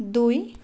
ଦୁଇ